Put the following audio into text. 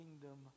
kingdom